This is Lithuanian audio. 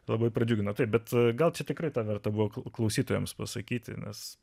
labai pradžiugino tai bet gal tikrai verta buvo klausytojams pasakyti nes